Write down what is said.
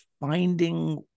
finding